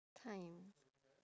time